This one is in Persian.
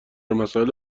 مسائل